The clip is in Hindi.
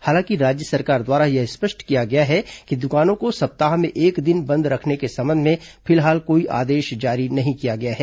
हालांकि राज्य सरकार द्वारा यह स्पष्ट किया गया है कि दुकानों को सप्ताह में एक दिन बंद रखने के संबंध में फिलहाल कोई आदेश जारी नहीं किया गया है